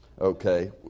okay